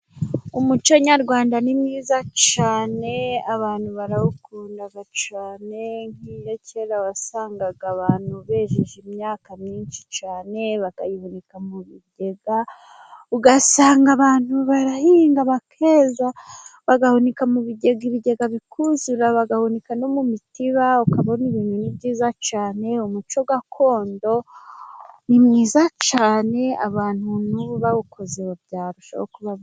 Umuco nyarwanda ni mwiza cyane. Abantu barawukunda cyane nk'iyo kera wasangaga abantu bejeje imyaka myinshi cyane, bakayihunika mu bigega. Ugasanga abantu barahinga bakeza bagahunika mu bigega, ibigega bikuzura, bagahunika no mu mitiba. Ukabona ibintu ni byiza cyane. Umuco gakondo ni mwiza cyane abantu n'ubu bawukoze byarushaho kuba byiza.